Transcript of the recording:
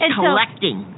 collecting